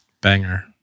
Banger